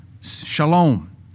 shalom